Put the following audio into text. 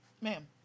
Ma'am